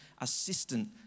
assistant